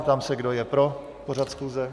Ptám se, kdo je pro pořad schůze.